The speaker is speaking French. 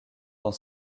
dans